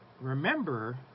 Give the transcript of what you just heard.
remember